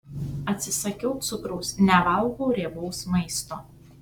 atsisakiau cukraus nevalgau riebaus maisto